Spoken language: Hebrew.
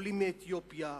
עולים מאתיופיה,